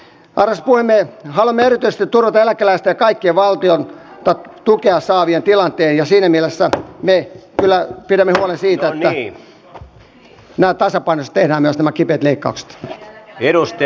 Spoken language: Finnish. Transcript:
haluamme erityisesti turvata eläkeläisten ja kaikkien valtiolta tukea saavien tilanteen ja siinä mielessä me kyllä pidämme huolen siitä että tasapainoisesti tehdään myös nämä kipeät leikkaukset